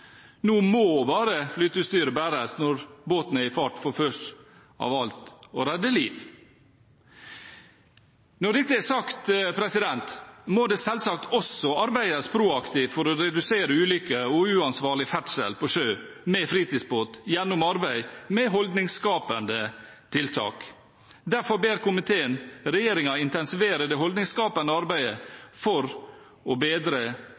Nå må bare flyteutstyret bæres når båten er i fart, for først av alt å redde liv. Når dette er sagt, må det selvsagt også arbeides proaktivt for å redusere ulykker og uansvarlig ferdsel på sjøen med fritidsbåt – gjennom arbeid med holdningsskapende tiltak. Derfor ber komiteen regjeringen intensivere det holdningsskapende arbeidet for å bedre